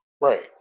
Right